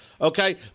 Okay